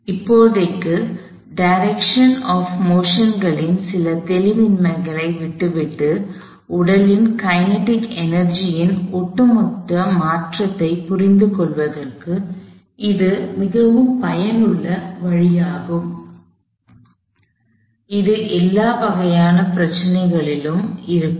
ஆனால் இப்போதைக்கு direction of மோஷன்களின் சில தெளிவின்மைகளை விட்டுவிட்டு உடலின் கினெடிக் எனர்ஜி ன் ஒட்டுமொத்த மாற்றத்தைப் புரிந்துகொள்வதற்கு இது மிகவும் பயனுள்ள வழியாகும் இது எல்லா வகையான பிரச்சனைகளிலும் இருக்கும்